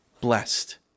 blessed